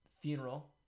Funeral